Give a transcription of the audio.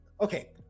Okay